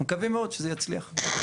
מקווים מאוד שזה יצליח.